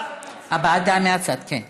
הבעת עמדה מהצד, כן.